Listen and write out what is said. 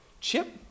Chip